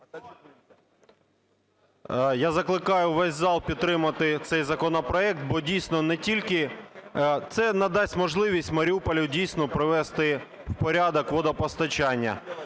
Я закликаю весь зал підтримати цей законопроект, бо дійсно не тільки… Це надасть можливість Маріуполю дійсно привести в порядок водопостачання.